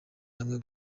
hamwe